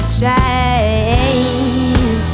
change